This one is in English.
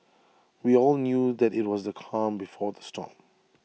we all knew that IT was the calm before the storm